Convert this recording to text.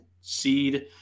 seed